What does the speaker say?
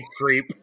creep